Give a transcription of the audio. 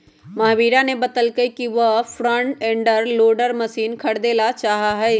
महावीरा ने बतल कई कि वह फ्रंट एंड लोडर मशीन खरीदेला चाहा हई